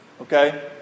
Okay